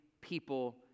people